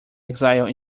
exile